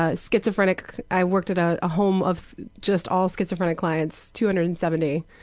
ah so schizophrenic i worked at at a home of just all schizophrenic clients, two hundred and seventy.